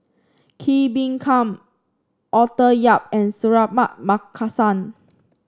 Kee Bee Khim Arthur Yap and Suratman Markasan